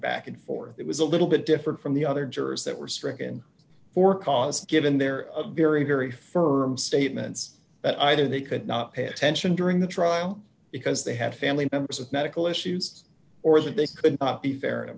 back and forth it was a little bit different from the other jurors that were stricken for cause given there of very very firm statements that either they could not pay attention during the trial because they had family members of medical issues or that they could be fair and